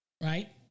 right